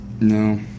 No